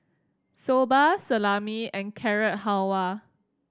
Soba Salami and Carrot Halwa